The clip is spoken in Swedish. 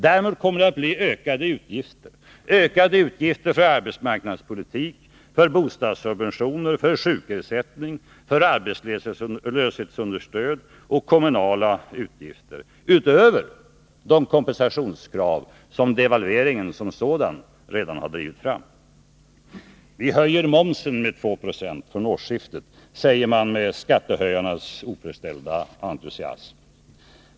Däremot blir det ökade utgifter för arbetsmarknadspolitik, bostadssub ventioner, sjukersättning, arbetslöshetsunderstöd och kommunal expansion — utöver de kompensationskrav som devalveringen som sådan redan har drivit fram. Vi höjer momsen med 2 Yo från årsskiftet, säger man med skattehöjarnas oförställda entusiasm.